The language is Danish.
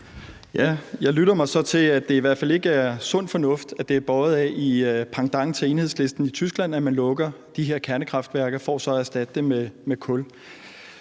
Jeg lytter mig så til, at det i hvert fald ikke er sund fornuft, at en tysk pendant til Enhedslisten bærer frem, at man lukker de her kernekraftværker for så erstatte med